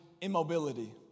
immobility